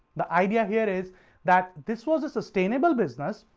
the idea here is that this was a sustainable business,